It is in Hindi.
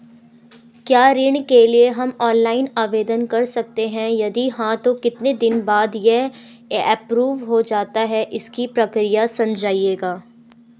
क्या ऋण के लिए हम ऑनलाइन आवेदन कर सकते हैं यदि हाँ तो कितने दिन बाद यह एप्रूव हो जाता है इसकी प्रक्रिया समझाइएगा?